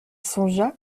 songea